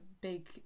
big